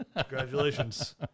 Congratulations